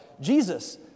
Jesus